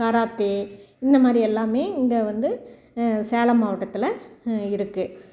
karate இந்த மாதிரி எல்லாமே இங்கே வந்து சேலம் மாவட்டத்தில் இருக்குது